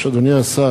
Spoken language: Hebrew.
היושב-ראש, אדוני השר,